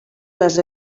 les